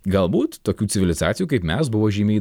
galbūt tokių civilizacijų kaip mes buvo žymiai